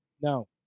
No